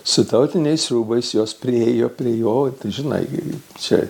su tautiniais rūbais jos priėjo prie jo tai žinai čia